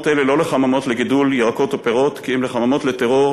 אלה לא לחממות לגידול ירקות ופירות כי אם לחממות לטרור,